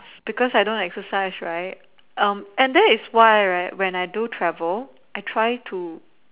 because I don't exercise right um and then it's why right when I do travel I try to